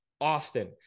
often